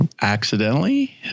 accidentally